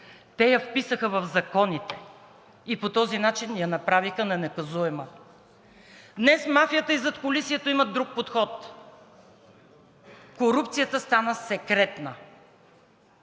Те я вписаха в законите и по този начин я направиха ненаказуема. Днес мафията и задкулисието имат друг подход. Корупцията стана секретна.